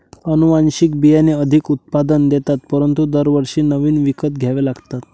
अनुवांशिक बियाणे अधिक उत्पादन देतात परंतु दरवर्षी नवीन विकत घ्यावे लागतात